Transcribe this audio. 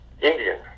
Indian